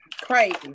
crazy